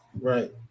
Right